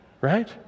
right